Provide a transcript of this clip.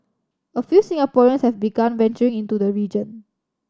a few Singaporeans have begun venturing into the region